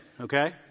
okay